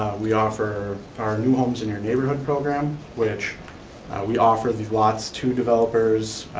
we offer our new homes in our neighborhood program, which we offer the lots to developers,